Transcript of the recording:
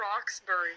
Roxbury